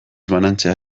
banantzea